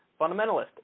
Fundamentalist